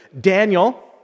Daniel